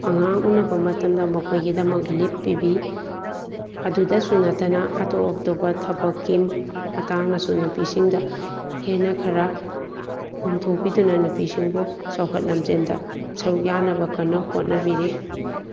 ꯑꯉꯥꯡ ꯎꯅꯕ ꯃꯇꯝꯗ ꯃꯈꯣꯏꯒꯤꯗꯃꯛ ꯂꯤꯞ ꯄꯤꯕꯤ ꯑꯗꯨꯗꯁꯨ ꯅꯠꯇꯅ ꯑꯇꯣꯞ ꯑꯇꯣꯞꯄ ꯊꯕꯛꯀꯤ ꯃꯇꯥꯡꯗꯁꯨ ꯅꯨꯄꯤꯁꯤꯡꯗ ꯍꯦꯟꯅ ꯈꯔ ꯀꯣꯝꯊꯣꯛꯄꯤꯗꯨꯅ ꯅꯨꯄꯤꯁꯤꯡꯕꯨ ꯆꯥꯎꯈꯠ ꯂꯝꯖꯦꯜꯗ ꯁꯔꯨꯛ ꯌꯥꯅꯕ ꯀꯟꯅ ꯍꯣꯠꯅꯕꯤꯔꯤ